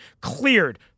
cleared